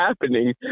happening